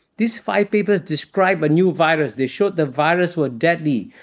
these five people described a new virus, they showed the virus were deadly,